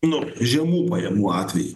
nu žemų pajamų atvejį